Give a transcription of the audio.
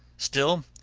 still,